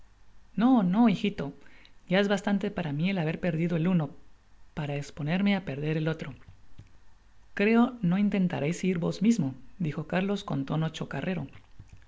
no no hijito ya es bastante para mi el haber perdido el unb para esponerme á perder el otro creo no intentaréis ir vos mismo dijo cárlos con tono chocarrero no